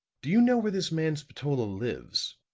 do you know where this man spatola lives?